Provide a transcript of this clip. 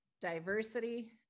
diversity